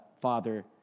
Father